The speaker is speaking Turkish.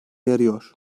yarıyor